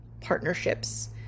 partnerships